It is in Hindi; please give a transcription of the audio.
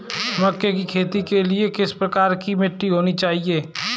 मक्के की खेती के लिए किस प्रकार की मिट्टी होनी चाहिए?